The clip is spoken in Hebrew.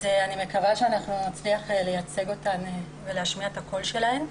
אני מקווה שנצליח לייצג אותן ולהשמיע את הגורל שלהן.